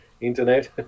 internet